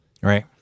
Right